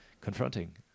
confronting